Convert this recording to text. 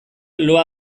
loa